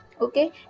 Okay